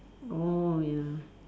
oh ya